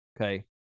Okay